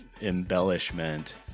embellishment